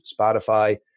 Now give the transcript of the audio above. Spotify